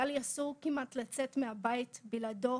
היה לי אסור כמעט לצאת מהבית בלעדיו,